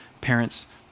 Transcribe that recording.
parents